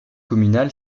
communal